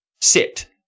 sit